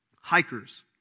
hikers